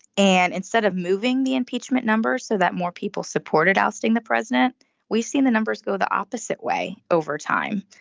and instead of moving the impeachment numbers so that more people supported ousting the president we've seen the numbers go the opposite way over time.